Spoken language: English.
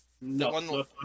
No